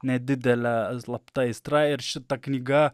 nedidelė slapta aistra ir šita knyga